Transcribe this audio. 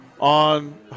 on